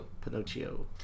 Pinocchio